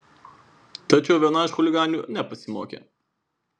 tačiau viena iš chuliganių nepasimokė